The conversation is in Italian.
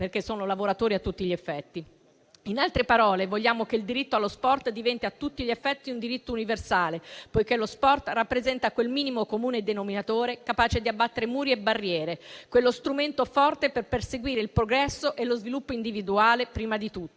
perché sono lavoratori a tutti gli effetti. In altre parole, vogliamo che il diritto allo sport diventi a tutti gli effetti universale, poiché lo sport rappresenta un minimo comune denominatore capace di abbattere muri e barriere, uno strumento forte per perseguire il progresso e lo sviluppo individuale prima di tutto.